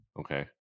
Okay